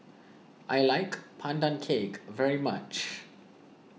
I like Pandan Cake very much